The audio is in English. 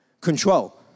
control